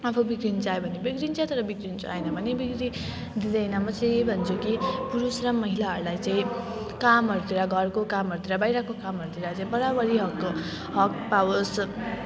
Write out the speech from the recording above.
आफू बिग्रिनु चाह्यो भने बिग्रिन्छ तर बिग्रिनु चाहेन भने बिग्री दिँदैन म चाहिँ यही भन्छु कि पुरुष र महिलाहरूलाई चाहिँ कामहरू चाहिँ घरको कामहरूतिर बाहिरको कामहरूतिर अझै बराबरी हक हक पाओस्